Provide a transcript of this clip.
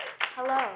Hello